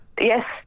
Yes